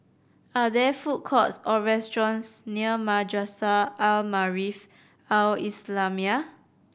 are there food courts or restaurants near Madrasah Al Maarif Al Islamiah